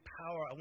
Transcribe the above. power